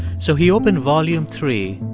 so he opened volume three,